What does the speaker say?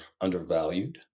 undervalued